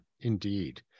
indeed